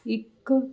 ਇੱਕ